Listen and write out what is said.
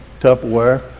Tupperware